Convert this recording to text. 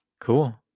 cool